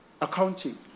accounting